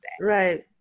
Right